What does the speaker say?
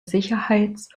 sicherheits